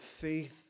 faith